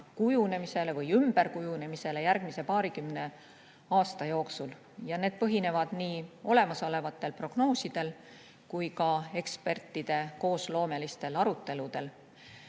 kujunemisele või ümberkujunemisele järgmise paarikümne aasta jooksul. Ja need põhinevad nii olemasolevatel prognoosidel kui ka ekspertide koosloomelistel aruteludel.